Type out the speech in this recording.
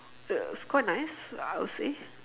it's quite nice I would say